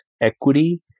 equity